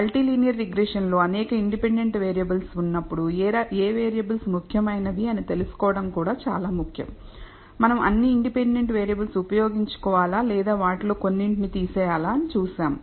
multilinear రిగ్రెషన్లో అనేక independent variables ఉన్నప్పుడు ఏ వేరియబుల్స్ ముఖ్యమైనవి అని తెలుసుకోవడం కూడా చాలా ముఖ్యం మనం అన్ని ఇండిపెండెంట్ వేరియబుల్స్ ఉపయోగించుకోవాలా లేదా వాటిలో కొన్నిటిని తీసేయాలా అని చూస్తాం